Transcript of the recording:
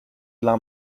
dla